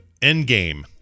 Endgame